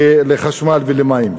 לחשמל ולמים.